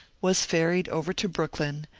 was ferried over to brooklyn,